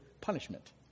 punishment